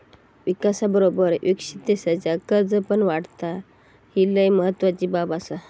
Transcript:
विकासाबरोबर विकसित देशाचा कर्ज पण वाढता, ही लय महत्वाची बाब आसा